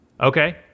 Okay